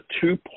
two